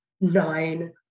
nine